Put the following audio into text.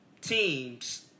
teams